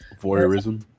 Voyeurism